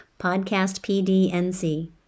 podcastpdnc